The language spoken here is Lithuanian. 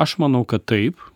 aš manau kad taip